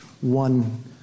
one